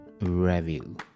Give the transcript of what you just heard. Review